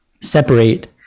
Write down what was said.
separate